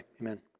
Amen